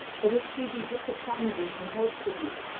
but if she be disappointed in her hopes of you,